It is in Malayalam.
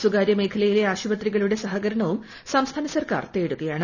സ്ഥകാര്യ മേഖലയിലെ ആശുപത്രികളുടെ സഹകരണവും സംസ്ഥാന സർക്കാർ തേടുകയാണ്